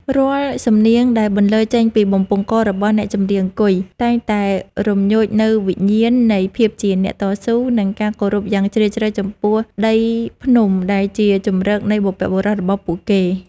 រាល់សំនៀងដែលបន្លឺចេញពីបំពង់ករបស់អ្នកចម្រៀងគុយ តែងតែរំញោចនូវវិញ្ញាណនៃភាពជាអ្នកតស៊ូ និងការគោរពយ៉ាងជ្រាលជ្រៅចំពោះដីភ្នំដែលជាជម្រកនៃបុព្វបុរសរបស់ពួកគេ។